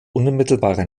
unmittelbarer